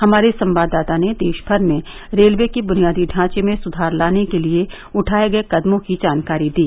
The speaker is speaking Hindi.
हमारे संवाददाता ने देशभर में रेलवे के बुनियादी ढांचे में सुधार लाने के लिए उठाए गए कदमों की जानकारी दी